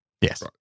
Yes